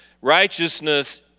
righteousness